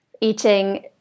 Eating